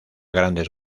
grandes